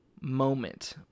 moment